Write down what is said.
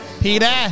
Peter